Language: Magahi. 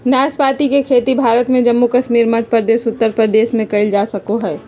नाशपाती के खेती भारत में जम्मू कश्मीर, मध्य प्रदेश, उत्तर प्रदेश में कइल जा सको हइ